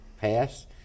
pass